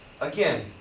Again